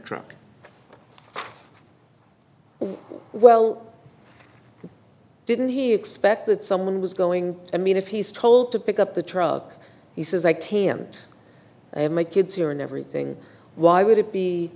truck well didn't he expect that someone was going i mean if he's told to pick up the truck he says i can't have my kids here and everything why would it be